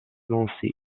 nancy